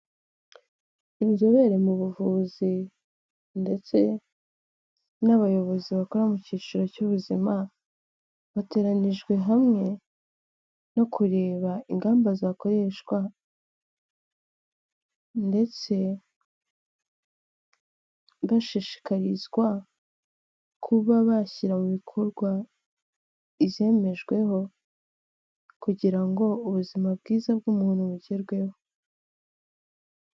Inzobere mu buvuzi ndetse n'abayobozi bakora mu cyiciro cy'ubuzima, bateranyijwe hamwe no kureba ingamba zakoreshwa ndetse bashishikarizwa kuba bashyira mu bikorwa izemejweho, kugira ngo ubuzima bwiza bw'umuntu bugerweho.